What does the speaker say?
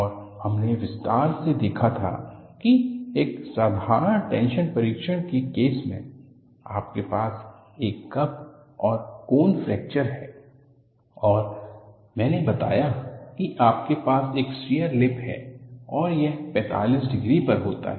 और हमने विस्तार से देखा था कि एक साधारण टेंशन परीक्षण के केस में आपके पास एक कप और कोन फ्रैक्चर है और मैंने बताया कि आपके पास एक शियर लिप है और यह 45 डिग्री पर होता है